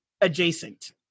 adjacent